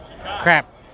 Crap